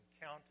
counted